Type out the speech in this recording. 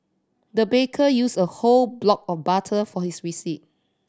the baker use a whole block of butter for this recipe